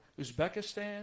Uzbekistan